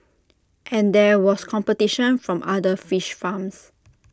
and there was competition from other fish farms